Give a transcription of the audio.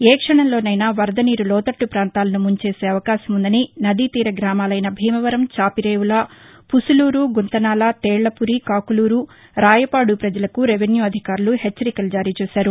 ఏ క్షణంలోనైనా వరదనీరు లోతట్లు ప్రాంతాలను ముంచేసే అవకాశం ఉందని నది తీర గ్రామాలైన భీమవరం చాపిరేవుల పుసులూరు గుంతనాల తేళ్లపురి కూలూరు రాయపాడు ప్రజలకు రెవెన్యూ అధికారులు హెచ్చరికలు జారీ చేశారు